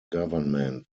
government